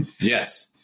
Yes